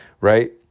right